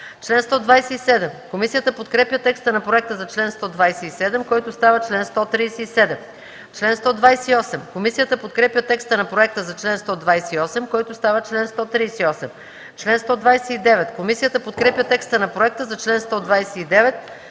чл. 136. Комисията подкрепя текста на проекта за чл. 127, който става чл. 137. Комисията подкрепя текста на проекта за чл. 128, който става чл. 138. Комисията подкрепя текста на проекта за чл. 129,